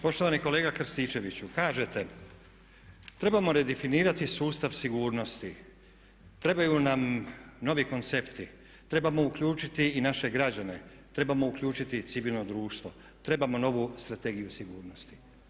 Poštovani kolega Krstičeviću, kažete trebamo redefinirati sustav sigurnosti, trebaju nam novi koncepti, trebamo uključiti i naše građane, trebamo uključiti i civilno društvo, trebamo novu Strategiju sigurnosti.